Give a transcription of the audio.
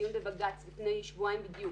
בדיון בבג"ץ לפני שבועיים בדיוק,